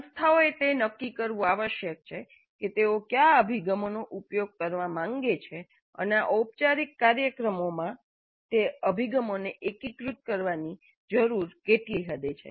સંસ્થાઓએ તે નક્કી કરવું આવશ્યક છે કે તેઓ કયા અભિગમોનો ઉપયોગ કરવા માગે છે અને આ ઔપચારિક કાર્યક્રમમાં આ અભિગમોને એકીકૃત કરવાની જરૂર કેટલી હદે છે